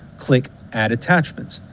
click add attachments.